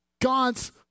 God's